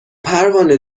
پروانه